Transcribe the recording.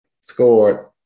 Scored